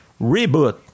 reboot